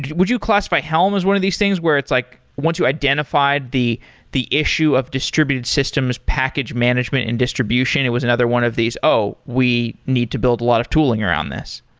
would you classify helm as one of these things where it's like, once you identified the the issue of distributed systems, packaged management and distribution, it was another one of these, oh, we need to build a lot of tooling around this.